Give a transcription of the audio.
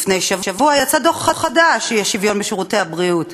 לפני שבוע יצא דוח חדש: האי-שוויון בשירותי הבריאות.